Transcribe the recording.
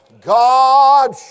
God